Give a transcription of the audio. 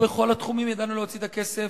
התחומים ידענו להוציא את הכסף,